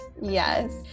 Yes